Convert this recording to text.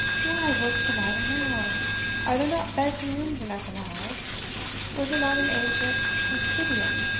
why, what's the matter now are there not beds and rooms enough in the house was it not an ancient hospitium,